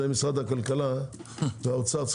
משרד הכלכלה והאוצר,